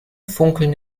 funkeln